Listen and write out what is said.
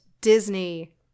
Disney